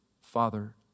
Father